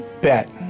bet